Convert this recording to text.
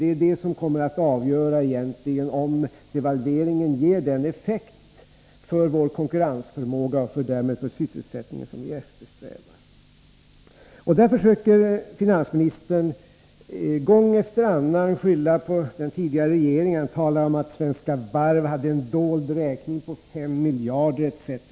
Det är det som egentligen kommer att avgöra om devalveringen ger den effekt för vår konkurrensförmåga och därmed för sysselsättningen som vi eftersträvar. Där försöker finansministern gång efter annan skylla på den tidigare regeringen. Han talar om att Svenska Varv hade en dold räkning på 5 miljarder etc.